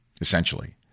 essentially